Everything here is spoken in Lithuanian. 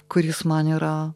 kuris man yra